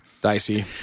Dicey